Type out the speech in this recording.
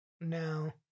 No